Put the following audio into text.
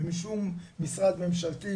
ומשום משרד ממשלתי,